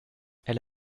elle